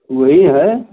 वो ही है